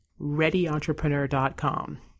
readyentrepreneur.com